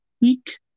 week